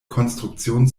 konstruktion